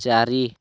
ଚାରି